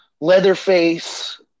Leatherface